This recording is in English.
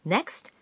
Next